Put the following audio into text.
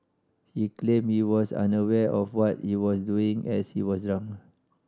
he claim he was unaware of what he was doing as he was drunk